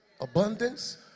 abundance